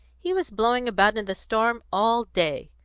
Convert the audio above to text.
he was blowing about in the storm all day.